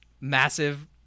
massive